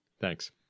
Thanks